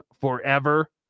forever